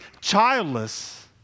childless